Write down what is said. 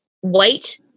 white